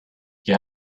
you